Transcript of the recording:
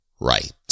right